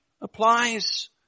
applies